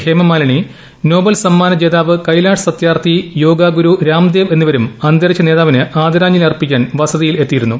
Hema Malini Nobel സമ്മാന ജേതാവ് കൈലാഷ് സത്യാർത്ഥി യോഗ ഗുരു രാംദേവ് എന്നിവരും അന്തരിച്ച നേതാവിന് ആദരാഞ്ജലി അർപ്പിക്കാൻ വസതിയിൽ എത്തിയിരുന്നു